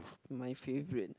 my favourite